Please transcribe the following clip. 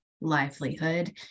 livelihood